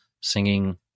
singing